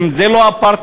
אם זה לא אפרטהייד,